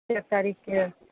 कै तारीकके